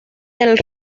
del